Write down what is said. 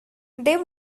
they